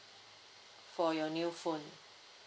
for your new phone